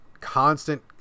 constant